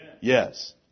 Yes